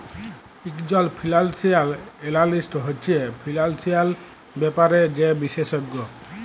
ইকজল financial analyst হছে financial ব্যাপারে যে বিশেষজ্ঞ